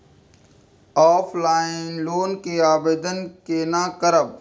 Offline loan के आवेदन केना करब?